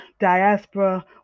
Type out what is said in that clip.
diaspora